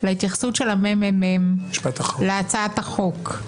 להתייחסות של הממ"מ להצעת החוק.